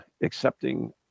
accepting